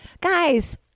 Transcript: Guys